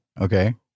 Okay